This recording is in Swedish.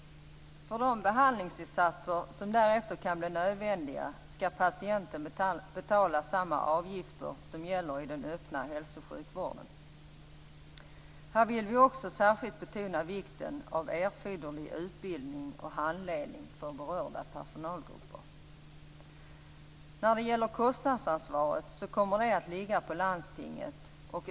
För de behandlingsinsatser som därefter kan bli nödvändiga skall patienten betala samma avgifter som gäller i den öppna hälso och sjukvården. Här vill vi särskilt betona vikten av erforderlig utbildning och handledning för berörda personalgrupper. Kostnadsansvaret kommer att ligga på landstinget.